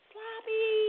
Sloppy